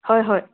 হয় হয়